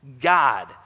God